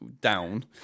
down